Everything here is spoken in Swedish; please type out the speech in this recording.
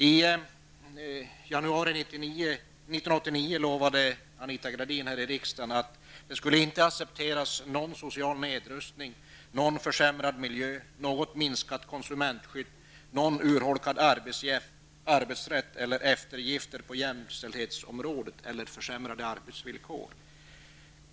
I januari 1989 lovade Anita Gradin här i riksdagen att det inte skulle accepteras någon social nedrustning, någon försämrad miljö, något minskat konsumentskydd, någon urholkad arbetsrätt eller eftergifter på jämställdhetsområdet eller försämrade arbetsvillkor.